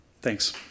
Thanks